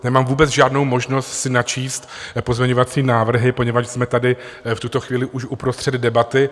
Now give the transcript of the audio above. Nemám vůbec žádnou možnost si načíst pozměňovací návrhy, poněvadž jsme tady v tuto chvíli už uprostřed debaty.